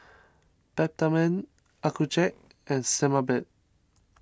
Peptamen Accucheck and Sebamed